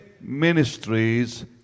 ministries